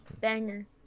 Banger